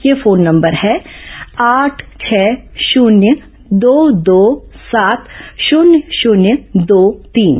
यह phone number है आठ छह शुन्य दो दो सात शुन्य शुन्य दो तीन